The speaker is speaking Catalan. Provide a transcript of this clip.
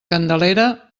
candelera